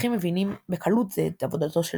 מפתחים מבינים בקלות זה את עבודתו של